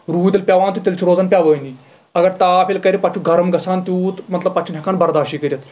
روٗد ییٚلہِ پیوان تیلہِ چھُ روزان پیوٲنی اَگر تاپھ ییٚلہِ کرِ پتہٕ چھُ گرُم گژھان تیٚوٗت مطلب پَتہٕ چھُ نہٕ ہٮ۪کان برداشٕے کٔرِتھ